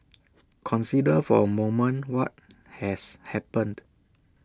consider for A moment what has happened